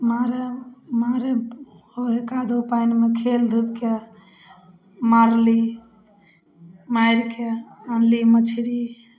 मारा मारै ओही कादो पानिमे खेलधुपिके मारलहुँ मारिके आनलहुँ मछरी